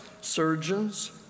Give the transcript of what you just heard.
surgeons